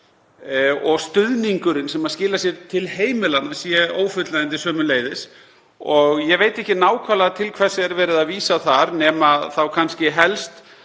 og stuðningurinn sem skilar sér til heimilanna sé ófullnægjandi sömuleiðis. Ég veit ekki nákvæmlega til hvers er verið að vísa þar, nema þá kannski helst